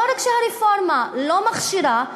לא רק שהרפורמה לא מכשירה,